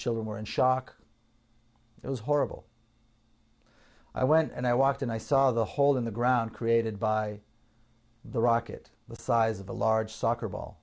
children were in shock it was horrible i went and i walked in i saw the hole in the ground created by the rocket the size of a large soccer ball